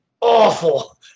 awful